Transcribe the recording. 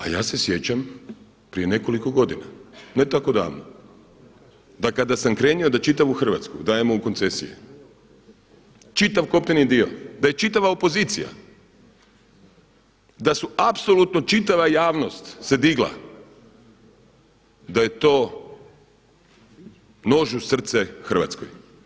A ja se sjećam prije nekoliko godina ne tako davno, da kada sam krenuo da čitavu Hrvatsku dajemo u koncesije, čitav kopneni dio, da je čitava opozicija, da su apsolutno čitava javnost se digla, da je to nož u srce Hrvatskoj.